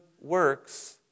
works